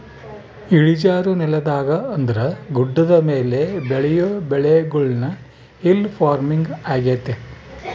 ಇಳಿಜಾರು ನೆಲದಾಗ ಅಂದ್ರ ಗುಡ್ಡದ ಮೇಲೆ ಬೆಳಿಯೊ ಬೆಳೆಗುಳ್ನ ಹಿಲ್ ಪಾರ್ಮಿಂಗ್ ಆಗ್ಯತೆ